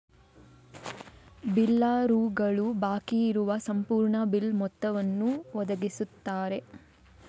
ಬಿಲ್ಲರುಗಳು ಬಾಕಿ ಇರುವ ಸಂಪೂರ್ಣ ಬಿಲ್ ಮೊತ್ತವನ್ನು ಒದಗಿಸುತ್ತಾರೆ